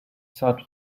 such